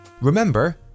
Remember